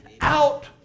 out